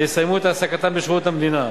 יסיימו את העסקתם בשירות המדינה,